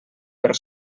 per